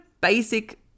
basic